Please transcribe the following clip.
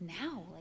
now